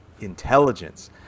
intelligence